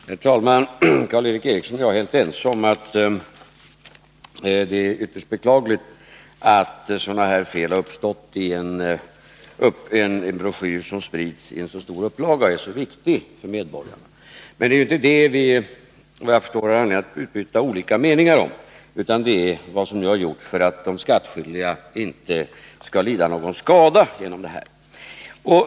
Herr talman! Karl Erik Eriksson och jag är helt ense om att det är ytterst beklagligt att dessa fel har uppstått i en broschyr som sprids i en så stor upplaga och som är så viktig för medborgarna. Men såvitt jag förstår är det inte om detta vi skall utbyta meningar utan om vad som nu har gjorts för att de skattskyldiga inte skall lida någon skada.